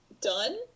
done